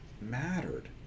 mattered